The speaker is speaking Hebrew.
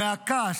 מהכעס,